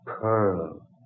pearl